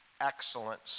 excellence